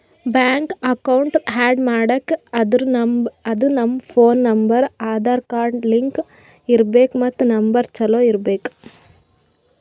bank account add ಮಾಡ್ಬೇಕ್ ಅಂದುರ್ ನಮ್ ಫೋನ್ ನಂಬರ್ ಆಧಾರ್ ಕಾರ್ಡ್ಗ್ ಲಿಂಕ್ ಇರ್ಬೇಕ್ ಮತ್ ನಂಬರ್ ಚಾಲೂ ಇರ್ಬೇಕ್